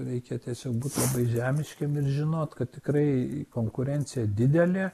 reikia tiesiog būt žemiškiem ir žinot kad tikrai konkurencija didelė